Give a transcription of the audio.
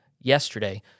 yesterday